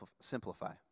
simplify